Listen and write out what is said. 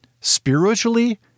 Spiritually